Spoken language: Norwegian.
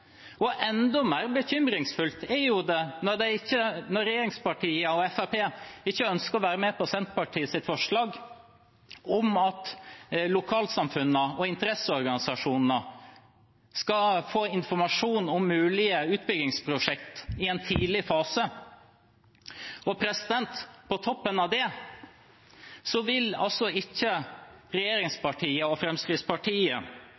Enda mer bekymringsfullt er det når regjeringspartiene og Fremskrittspartiet ikke ønsker å være med på Senterpartiets forslag om at lokalsamfunnene og interesseorganisasjonene skal få informasjon om mulige utbyggingsprosjekter i en tidlig fase. På toppen av det vil altså ikke